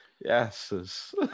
Yes